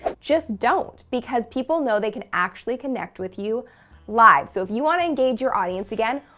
just don't because people know they can actually connect with you live. so if you want to engage your audience again,